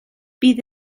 bydd